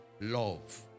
love